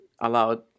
allowed